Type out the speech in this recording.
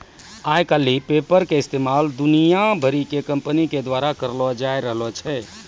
आइ काल्हि पेपल के इस्तेमाल दुनिया भरि के कंपनी के द्वारा करलो जाय रहलो छै